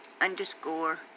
underscore